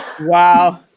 Wow